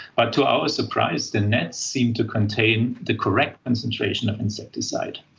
but to our surprise the nets seem to contain the correct concentration of insecticide.